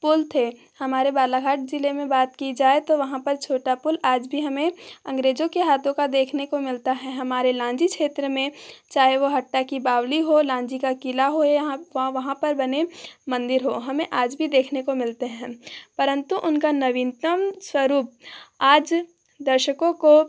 पुल थे हमारे बालाघाट जिले में बात की जाए तो वहाँ पर छोटा पुल आज भी हमें अंग्रेजों के हाथों का देखने को मिलता है हमारे लांजी क्षेत्र में चाहे वह हट्टा की बावली हो लांजी का किला हो या वहाँ पर बने मंदिर हों हमें आज भी देखने को मिलते हैं परंतु उनका नवीनतम स्वरूप आज दर्शकों को